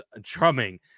drumming